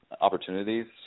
opportunities